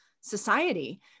society